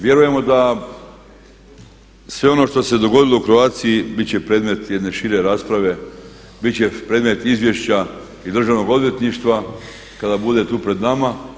Vjerujemo da sve ono što se dogodilo u Croatia-i bit će predmet jedne šire rasprave, bit će predmet izvješća i Državnog odvjetništva kada bude tu pred nama.